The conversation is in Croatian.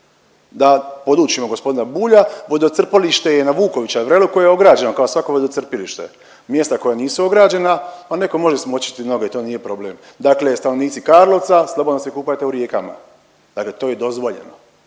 Da podučimo gospodina Bulja, vodocrpilište je na Vukovića vrelu koje je ograđeno kao svako vodocrpilište. Mjesta koja nisu ograđena, pa netko može smočiti noge, to nije problem. Dakle, stanovnici Karlovca slobodno se kupajte u rijekama, dakle to je dozvoljeno,